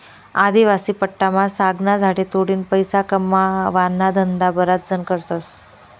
आदिवासी पट्टामा सागना झाडे तोडीन पैसा कमावाना धंदा बराच जण करतस